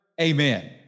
Amen